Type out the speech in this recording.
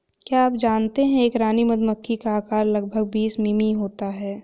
क्या आप जानते है एक रानी मधुमक्खी का आकार लगभग बीस मिमी होता है?